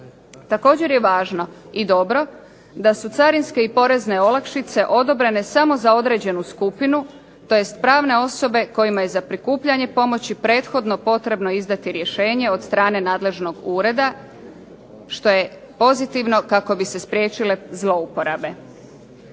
Također je važno i dobro da su carinske i porezne olakšice odobrene samo za određenu skupinu tj. pravne osobe kojima je za prikupljanje pomoći prethodno potrebno izdati rješenje od strane nadležnog ureda što je pozitivno, kako bi se spriječile zlouporabe.